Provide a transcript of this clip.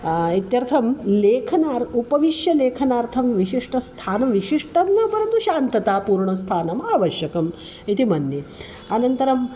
इत्यर्थं लेखनार्थम् उपविश्य लेखनार्थं विशिष्टं स्थानं विशिष्टं न परन्तु शान्ततापूर्णस्थानम् आवश्यकम् इति मन्ये अनन्तरं